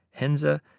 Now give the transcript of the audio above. Henza